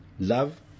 Love